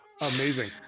Amazing